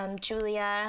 Julia